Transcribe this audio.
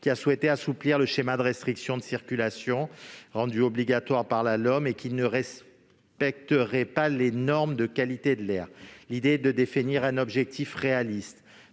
qui a souhaité assouplir le schéma de restriction de circulation dans les ZFE-m rendues obligatoires par la LOM et qui ne respecteraient pas les normes de qualité de l'air. L'idée est de définir un objectif réaliste.